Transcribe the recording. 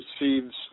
receives